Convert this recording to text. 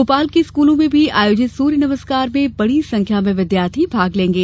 भोपाल के स्कूलों में भी आयोजित सूर्य नमस्कार में बड़ी संख्या में विद्यार्थी भाग लेंगे